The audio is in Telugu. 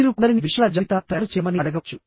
మీరు కొందరిని విషయాల జాబితాను తయారు చేయమని అడగవచ్చు